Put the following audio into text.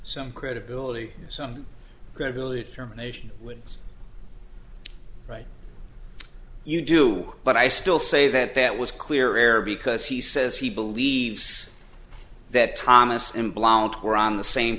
some credibility some credibility germination wins right you do but i still say that that was clear air because he says he believes that thomas and blount were on the same